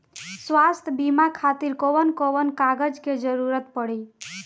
स्वास्थ्य बीमा खातिर कवन कवन कागज के जरुरत पड़ी?